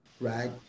right